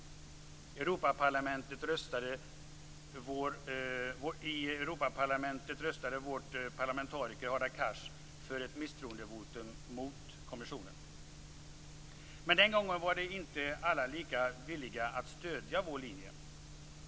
I Europaparlamentet röstade vår parlamentariker Hadar Cars för ett misstroende mot kommissionen. Men den gången var alla inte lika villiga att stödja vår linje.